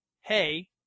hey